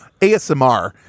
ASMR